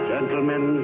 Gentlemen